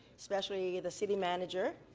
especially the city manager.